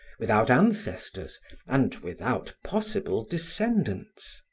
without ancestors and without possible descendants.